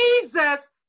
Jesus